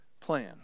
plan